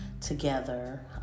together